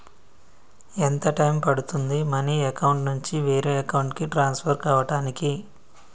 ఎంత టైం పడుతుంది money account నుంచి వేరే అకౌంట్ కి ట్రాన్స్ఫర్ కావటానికి?